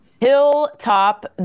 hilltop